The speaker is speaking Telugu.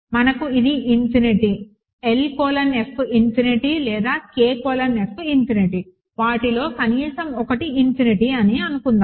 మనకు ఇది infinity L colon F infinity లేదా K కోలన్ F ఇన్ఫినిటీ వాటిలో కనీసం ఒకటి ఇన్ఫినిటీ అని అనుకుందాం